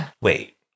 Wait